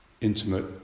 intimate